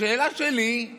השאלה שלי היא